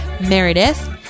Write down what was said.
Meredith